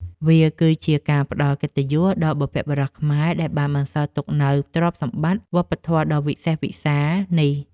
វាគឺជាការផ្ដល់កិត្តិយសដល់បុព្វបុរសខ្មែរដែលបានបន្សល់ទុកនូវទ្រព្យសម្បត្តិវប្បធម៌ដ៏វិសេសវិសាលនេះ។